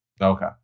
Okay